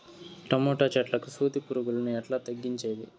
Tomato చెట్లకు సూది పులుగులను ఎట్లా తగ్గించేది?